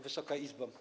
Wysoka Izbo!